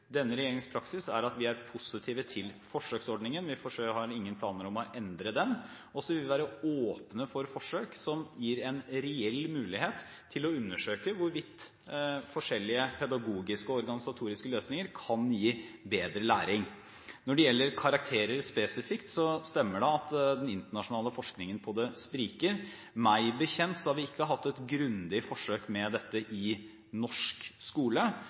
Denne regjeringens praksis er at vi er positive til forsøksordningen. Vi har ingen planer om å endre den, og vi vil være åpne for forsøk som gir en reell mulighet til å undersøke hvorvidt forskjellige pedagogiske og organisatoriske løsninger kan gi bedre læring. Når det gjelder karakterer spesifikt, stemmer det at den internasjonale forskningen på det spriker. Meg bekjent har vi ikke hatt et grundig forsøk med dette i norsk skole.